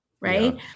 right